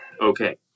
okay